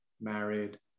married